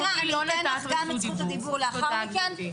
את זכות הדיבור שלהם --- אבל לא להפוך אותי לאויב הגנים.